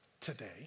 today